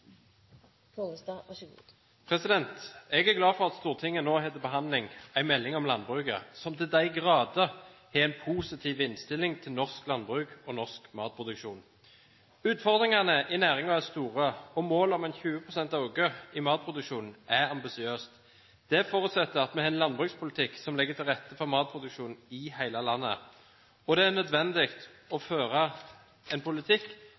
Jeg er glad for at Stortinget nå har til behandling en melding om landbruket som til de grader har en positiv innstilling til norsk landbruk og norsk matproduksjon. Utfordringene i næringen er store, og målet om en 20 pst. økning i matproduksjonen er ambisiøst. Det forutsetter at vi har en landbrukspolitikk som legger til rette for matproduksjon i hele landet. Det er nødvendig å føre en politikk